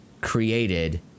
created